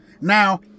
Now